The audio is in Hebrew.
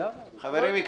חברים,